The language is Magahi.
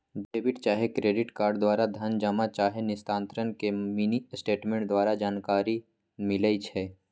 डेबिट चाहे क्रेडिट कार्ड द्वारा धन जमा चाहे निस्तारण के मिनीस्टेटमेंट द्वारा जानकारी मिलइ छै